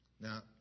Now